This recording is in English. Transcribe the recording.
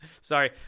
sorry